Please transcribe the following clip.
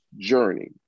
journey